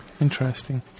Interesting